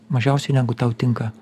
mažiausiai negu tau tinka